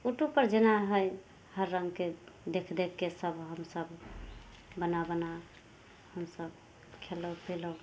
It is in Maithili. उटूबपर जेना हइ हर रङ्गके देखि देखिके सभ हमसभ बना बना हमसभ खएलहुँ पिलहुँ